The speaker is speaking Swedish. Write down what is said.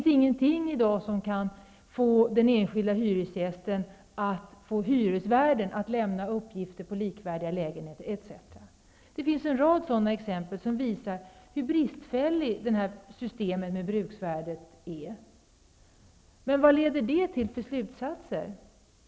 Det finns i dag ingenting som den enskilde hyresgästen kan göra för att förmå hyresvärden att lämna uppgifter om likvärdiga lägenheter etc. Det finns en rad sådana exempel som visar hur bristfälligt bruksvärdessystemet är. Vad leder då detta till för slutsatser?